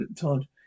Todd